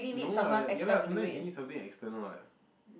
no what ya lah sometimes you need something external what